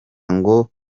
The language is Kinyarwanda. ngo